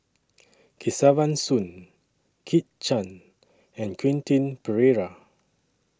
Kesavan Soon Kit Chan and Quentin Pereira